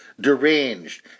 deranged